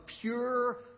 pure